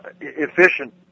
efficient